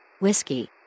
Whiskey